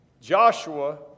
Joshua